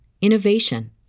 innovation